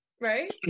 Right